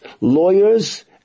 lawyers